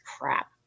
crap